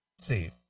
see